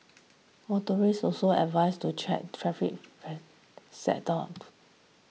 motorists also advised to check traffic set off